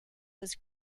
was